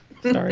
Sorry